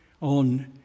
on